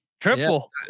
triple